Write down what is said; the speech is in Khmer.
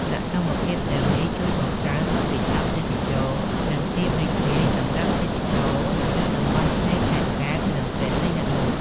សកម្មភាពទាំងនេះជួយបង្កើនបទពិសោធន៍ទេសចរណ៍ និងភាពរីករាយសម្រាប់ភ្ញៀវទេសចរនៅតំបន់ឆ្នេរខេត្តកែប និងព្រះសីហនុ។